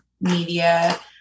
media